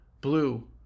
Blue